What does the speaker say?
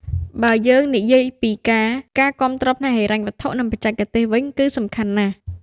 បើយើងនិយាយពីការការគាំទ្រផ្នែកហិរញ្ញវត្ថុ និងបច្ចេកទេសវិញគឺសំខាន់ណាស់។